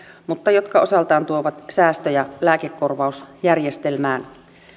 mutta jotka osaltaan tuovat säästöjä lääkekorvausjärjestelmään